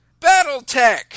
Battletech